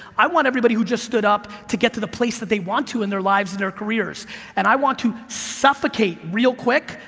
i want everybody who just stood up to get to the place that they want to in their lives and in their careers and i want to suffocate, real quick,